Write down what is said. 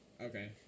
Okay